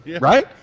right